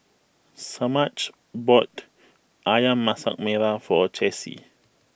Semaj bought Ayam Masak Merah for Chessie